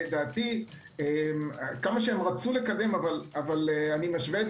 לדעתי כמה שרצו לקדם אבל אני משווה את